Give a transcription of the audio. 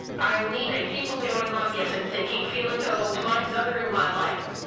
i am needing people knowing not guessing thinking feeling of old minds othering my life.